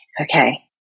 okay